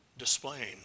Displaying